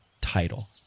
title